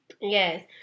Yes